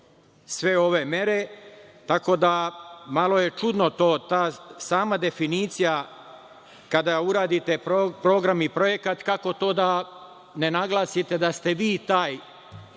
sve ove mere, tako da malo je čudna ta sama definicija. Kada uradite program i projekat kako to da ne naglasite da ste vi taj koji